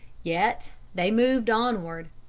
yet they moved onward.